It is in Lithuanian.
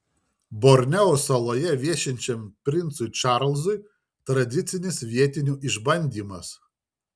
borneo saloje viešinčiam princui čarlzui tradicinis vietinių išbandymas